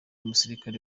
umusirikare